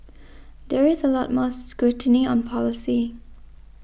there is a lot more scrutiny on policy